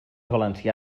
valencià